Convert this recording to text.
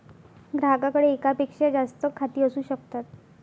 ग्राहकाकडे एकापेक्षा जास्त खाती असू शकतात